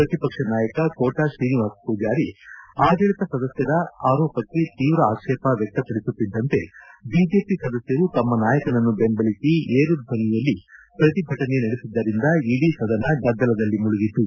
ಪ್ರತಿಪಕ್ಷ ನಾಯಕ ಕೋಟಾ ಶ್ರೀನಿವಾಸ ಪೂಜಾರಿ ಆಡಳಿತ ಸದಸ್ಕರ ಆರೋಪಕ್ಕೆ ತೀವ್ರ ಆಕ್ಷೇಪ ವ್ಯಕ್ತಪಡಿಸುತ್ತಿದ್ದಂತೆ ಬಿಜೆಪಿ ಸದಸ್ಯರು ತಮ್ಮ ನಾಯಕನನ್ನು ಬೆಂಬಲಿಸಿ ಏರುದ್ದನಿಯಲ್ಲಿ ಪ್ರತಿಭಟನೆ ನಡೆಸಿದ್ದರಿಂದ ಇಡೀ ಸದನ ಗದ್ದಲದಲ್ಲಿ ಮುಳುಗಿತು